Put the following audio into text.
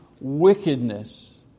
wickedness